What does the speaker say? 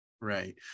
right